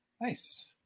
Nice